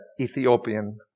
Ethiopian